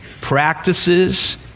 practices